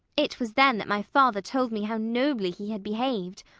it was then that my father told me how nobly he had behaved.